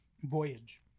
voyage